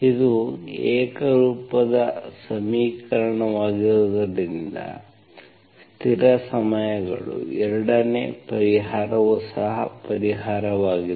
ಇದು ಏಕರೂಪದ ಸಮೀಕರಣವಾಗಿರುವುದರಿಂದ ಸ್ಥಿರ ಸಮಯಗಳು 2 ನೇ ಪರಿಹಾರವೂ ಸಹ ಪರಿಹಾರವಾಗಿದೆ